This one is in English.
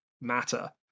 matter